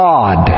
God